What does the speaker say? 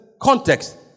context